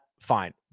fine